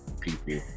people